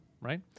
right